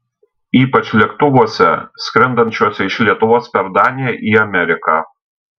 ypač lėktuvuose skrendančiuose iš lietuvos per daniją į ameriką